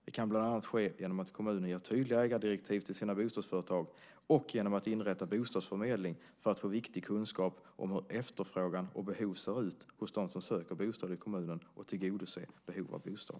Det kan bland annat ske genom att kommunen ger tydliga ägardirektiv till sina bostadsföretag och genom att inrätta bostadsförmedling för att få viktig kunskap om hur efterfrågan och behov ser ut hos dem som söker bostad i kommunen och tillgodose behov av bostad.